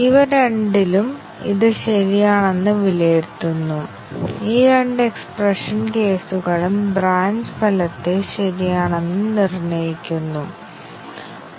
coverage അടിസ്ഥാനമാക്കിയുള്ള പരിശോധനയിൽ ശക്തവും ദുർബലവുമായ പരിശോധനയെക്കുറിച്ച് ഞങ്ങൾക്ക് ധാരണയുണ്ട്